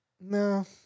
No